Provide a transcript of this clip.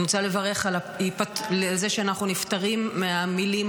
אני רוצה לברך על זה שאנחנו נפטרים מהמילים